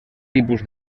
tipus